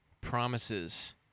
promises